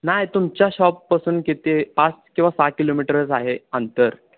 नाही तुमच्या शॉपपासून किती पाच किंवा सहा किलोमीटरच आहे अंतर